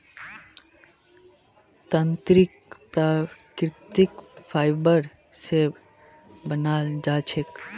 तंत्रीक प्राकृतिक फाइबर स बनाल जा छेक